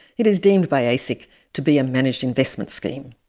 it is deemed by asic to be a managed investment scheme.